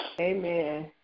Amen